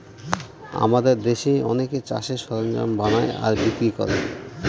আমাদের দেশে অনেকে চাষের সরঞ্জাম বানায় আর বিক্রি করে